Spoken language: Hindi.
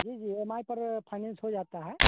जी जी ई एम आई पर फाइनेन्स हो जाता है